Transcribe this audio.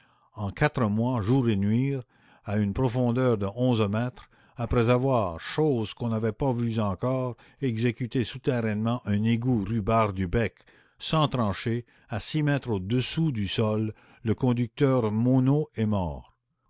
en quatre mois jour et nuit à une profondeur de onze mètres après avoir chose qu'on n'avait pas vue encore exécuté souterrainement un égout rue barre du bec sans tranchée à six mètres au-dessous du sol le conducteur monnot est mort